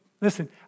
Listen